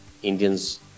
Indians